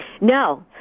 No